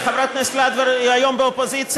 הנה, חברת הכנסת לנדבר היא היום באופוזיציה,